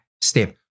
step